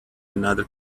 another